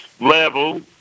level